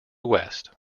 west